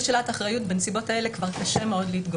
שאלת אחריות בנסיבות האלה כבר קשה מאוד להתגונן.